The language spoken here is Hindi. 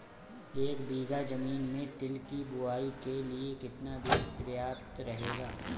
एक बीघा ज़मीन में तिल की बुआई के लिए कितना बीज प्रयाप्त रहेगा?